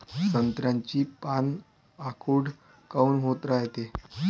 संत्र्याची पान आखूड काऊन होत रायतात?